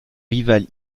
rival